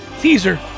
Teaser